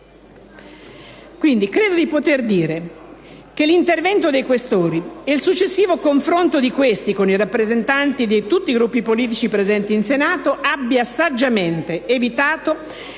Credo di poter dire che l'intervento dei senatori Questori, e il successivo confronto di questi con i rappresentanti di tutti i Gruppi politici presenti in Senato, abbia saggiamente evitato